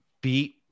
beat